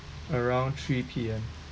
around three P_M